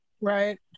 Right